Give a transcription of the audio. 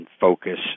focus